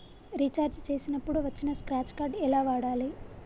Recharge చేసినప్పుడు వచ్చిన scratch card ఎలా వాడాలి?